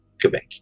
Quebec